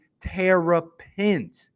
Terrapins